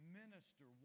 minister